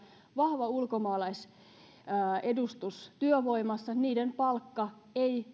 vahva ulkomaalaisedustus työvoimassa palkka ei